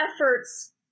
efforts